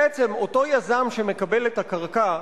בעצם אותו יזם שמקבל את הקרקע,